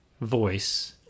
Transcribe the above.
voice